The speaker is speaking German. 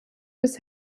bis